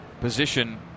position